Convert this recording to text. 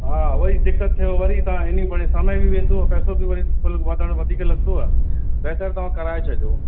हा वरी दिक़त थियव वरी तव्हां हिन में वरी समय बि वेंदुव पैसो बि वरी थोरो वधण वधीक लॻंदो आहे बहितरु तव्हां कराए छॾो